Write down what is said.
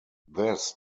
this